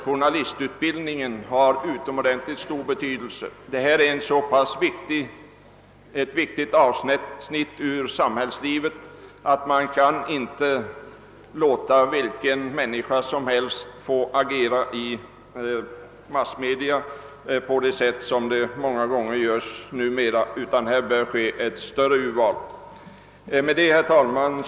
journalistutbildningen också har en synnerligen stor betydelse. Massmedia är ett så viktigt avsnitt av samhällslivet att man inte kan låta vilken människa som helst få agera i dem på det sätt som numera många gånger förekommer. Här bör ett noggrannare urval göras och större ansvar krävas. Herr talman!